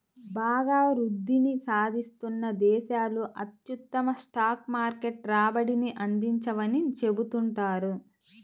బాగా వృద్ధిని సాధిస్తున్న దేశాలు అత్యుత్తమ స్టాక్ మార్కెట్ రాబడిని అందించవని చెబుతుంటారు